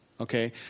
Okay